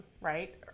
right